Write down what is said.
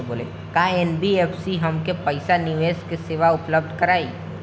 का एन.बी.एफ.सी हमके पईसा निवेश के सेवा उपलब्ध कराई?